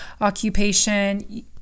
occupation